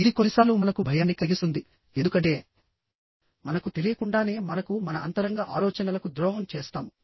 ఇది కొన్నిసార్లు మనకు భయాన్ని కలిగిస్తుంది ఎందుకంటే మనకు తెలియకుండానేమనకుమన అంతరంగ ఆలోచనలకు ద్రోహం చేస్తాము